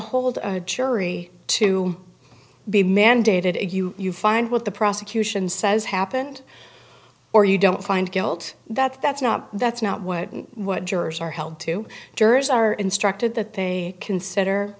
hold a jury to be mandated if you find what the prosecution says happened or you don't find guilt that that's not that's not what what jurors are held to jurors are instructed that they consider